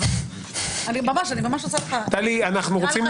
אבל --- דרך אגב,